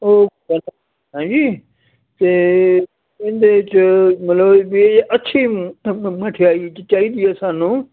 ਉਹ ਹੈਂਜੀ ਅਤੇ ਇਹਦੇ 'ਚ ਮਤਲਬ ਵੀ ਅੱਛੀ ਮਠਿਆਈ ਚਾਹੀਦੀ ਹੈ ਸਾਨੂੰ